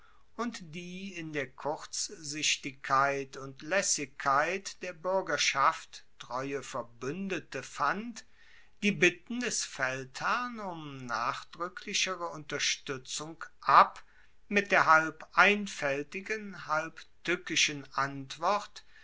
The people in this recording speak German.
und die in der kurzsichtigkeit und laessigkeit der buergerschaft treue verbuendete fand die bitten des feldherrn um nachdruecklichere unterstuetzung ab mit der halb einfaeltigen halb tueckischen antwort